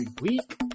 week